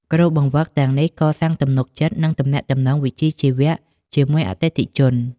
គ្រូបង្វឹកទាំងនេះកសាងទំនុកចិត្ត និងទំនាក់ទំនងវិជ្ជាជីវៈជាមួយអតិថិជន។